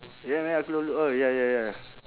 ya man aglio olio oh ya ya ya